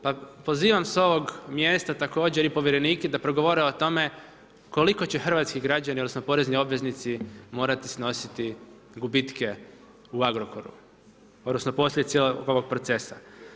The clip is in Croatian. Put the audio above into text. Pa pozivam s ovog mjesta također i povjerenike da progovore o tome koliko će hrvatski građani odnosno porezni obveznici morati snositi gubitke u Agrokoru odnosno posljedice ovog procesa.